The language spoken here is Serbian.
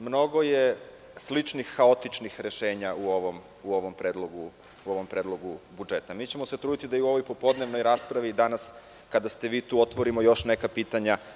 Mnogo je sličnih haotičnih rešenja u ovom predlogu budžeta. trudićemo se da i u ovoj popodnevnoj raspravi danas kada ste vi tu otvorimo još neka pitanja.